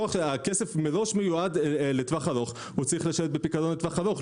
הכסף מראש מיועד לטווח ארוך והוא צריך לשבת בפיקדון לטווח ארוך,